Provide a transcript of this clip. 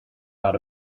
out